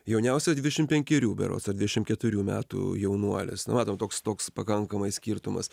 jauniausias dvidešim penkerių berods ar dvidešim keturių metų jaunuolis na matom toks toks pakankamai skirtumas